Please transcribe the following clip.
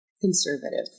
conservative